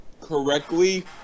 correctly